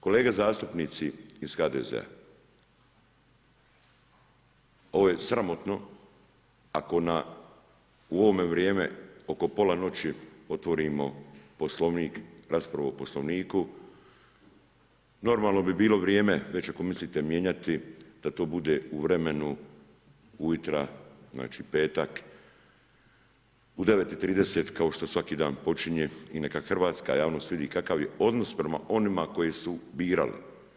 Kolege zastupnici iz HDZ-a ovo je sramotno ako u ovo vrijeme oko pola noći otvorimo Poslovnik, raspravu o Poslovniku normalno bi bilo vrijeme već ako mislite mijenjati da to bude u vremenu ujutro, znači petak u 9,30 kao što svaki dan počinje i neka hrvatska javnost vidi kakav je odnos prema onima koje su birali.